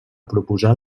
proposar